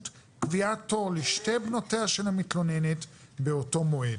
קביעת תור לשתי בנותיה של המתלוננת באותו מועד.